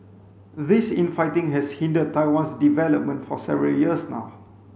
this infighting has hindered Taiwan's development for several years now